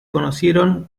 conocieron